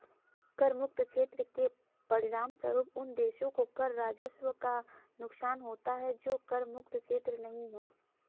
कर मुक्त क्षेत्र के परिणामस्वरूप उन देशों को कर राजस्व का नुकसान होता है जो कर मुक्त क्षेत्र नहीं हैं